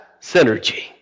synergy